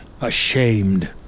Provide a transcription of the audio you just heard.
ashamed